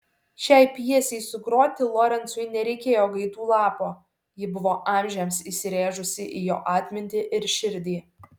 šiai pjesei sugroti lorencui nereikėjo gaidų lapo ji buvo amžiams įsirėžusi į jo atmintį ir širdį